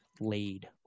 laid